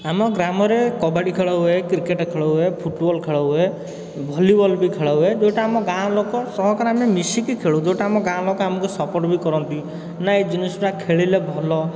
ଆମ ଗ୍ରାମରେ କବାଡ଼ି ଖେଳ ହୁଏ କ୍ରିକେଟ୍ ଖେଳ ହୁଏ ଫୁଟବଲ୍ ଖେଳହୁଏ ଭଲିବଲ୍ ବି ଖେଳ ହୁଏ ଯେଉଁଟା ଆମ ଗାଁ ଲୋକ ସହକାରେ ଆମେ ମିଶିକି ଖେଳୁ ଯେଉଁଟା ଆମ ଗାଁ ଲୋକ ଆମକୁ ସପୋର୍ଟ ବି କରନ୍ତି ନାଇଁ ଏଇ ଜିନିଷଟା ଖେଳିଲେ ଭଲ